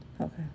Okay